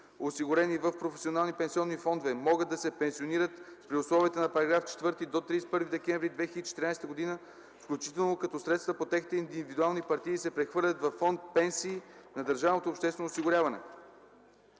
осигурени в професионални пенсионни фондове, могат да се пенсионират при условията на § 4 до 31 декември 2014 г. включително като средствата по техните индивидуални партиди се прехвърлят във фонд “Пенсии” на държавното обществено осигуряване.”.